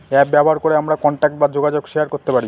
app ব্যবহার করে আমরা কন্টাক্ট বা যোগাযোগ শেয়ার করতে পারি